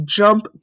jump